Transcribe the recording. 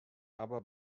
abba